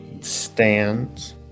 Stands